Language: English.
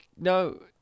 No